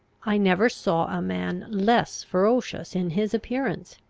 i never saw a man less ferocious in his appearance.